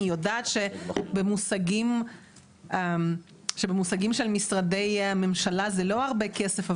אני יודעת שבמושגים של משרדי ממשלה זה לא הרבה כסף.